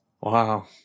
Wow